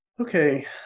Okay